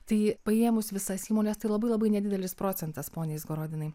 tai paėmus visas įmones tai labai labai nedidelis procentas pone izgorodinai